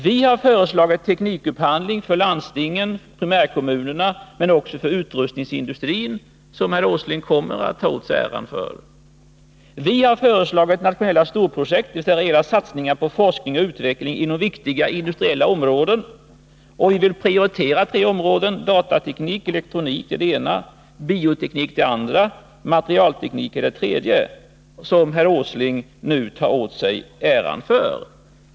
Vi har föreslagit teknikupphandling för landstingen och primärkommunerna men också för utrustningsindustrin, vilket herr Åsling kommer att ta åt sig äran för. Vi har föreslagit nationella storprojekt, dvs. rejäla satsningar på forskning och utveckling inom viktiga industriella områden. Vi vill prioritera tre områden: datateknik och elektronik är det första, bioteknik är det andra, och materialteknik är det tredje. Också detta tar herr Åsling nu åt sig äran för.